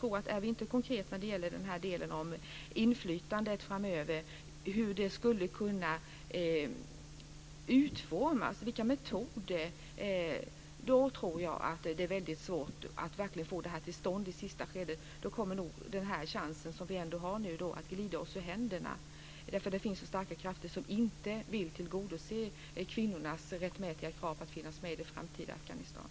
Om vi inte är konkreta i den här delen hur inflytandet framöver skulle kunna utformas, med vilka metoder, då tror jag att det blir väldigt svårt att verkligen få detta till stånd i sista skedet. Då kommer nog den chans som vi ändå har att glida oss ur händerna. Det finns starka krafter som inte vill tillgodose kvinnornas rättmätiga krav på att finnas med i det framtida Afghanistan.